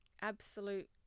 Absolute